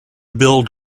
build